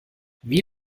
wie